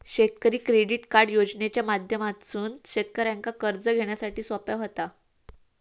शेतकरी credit card योजनेच्या माध्यमातसून शेतकऱ्यांका कर्ज घेण्यासाठी सोप्या व्हता